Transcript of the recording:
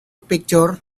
picture